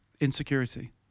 Insecurity